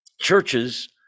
churches